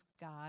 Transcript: God